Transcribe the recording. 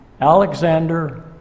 Alexander